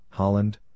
Holland